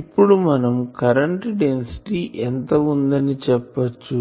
ఇప్పుడు మనం current density ఎంత ఉందని చెప్పొచ్చు